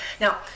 Now